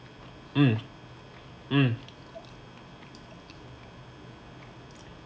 mm mm